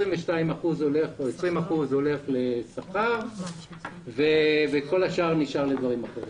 22 אחוזים או 20 אחוזים הולכים לשכר וכל השאר נשאר לדברים אחרים.